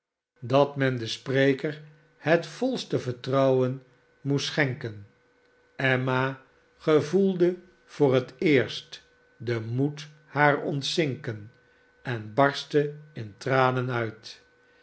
dat men den spreker het volste vertrouwen moest schenken emma gevoelde voor het eerst den moed haar ontzinken en barstte in tranen uit